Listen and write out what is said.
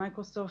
מייקרוסופט,